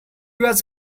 was